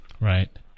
Right